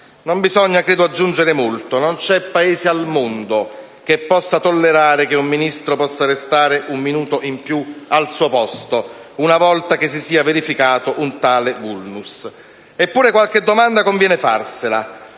Non bisogna, credo, aggiungere molto: non c'è Paese al mondo che possa tollerare che un Ministro possa restare un minuto di più al suo posto una volta verificatosi un tale *vulnus*. Eppure qualche domanda conviene farsela.